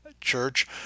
church